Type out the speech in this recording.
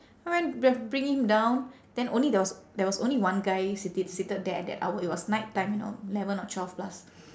so when b~ bring me down then only there was there was only one guy seated seated there at that hour it was night time you know eleven or twelve plus